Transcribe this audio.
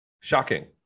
shocking